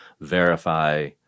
verify